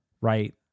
right